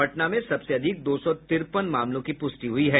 पटना में सबसे अधिक दो सौ तिरपन मामलों की पुष्टि हुई है